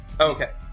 Okay